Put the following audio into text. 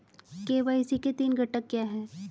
KYC के तीन घटक क्या हैं?